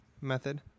method